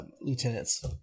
lieutenants